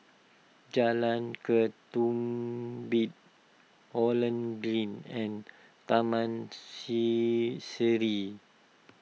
Jalan Ketumbit Holland Green and Taman see Sireh